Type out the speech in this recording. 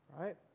right